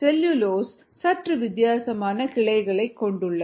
cellulose சற்று வித்தியாசமான கிளைகளைக் கொண்டுள்ளது